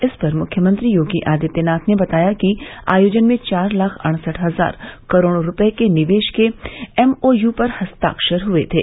इस पर मुख्यमंत्री योगी आदित्यनाथ ने बताया कि आयोजन में चार लाख अड़सठ हजार करोड़ रूपये के निवेश के एमओयू पर हस्ताक्षर हुए थे